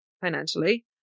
financially